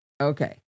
Okay